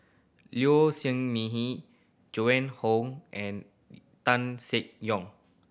Low Siew Nghee Joan Hon and Tan Seng Yong